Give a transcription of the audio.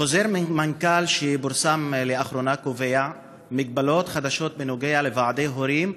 חוזר מנכ"ל שפורסם לאחרונה קובע הגבלות חדשות בנוגע לוועדי הורים,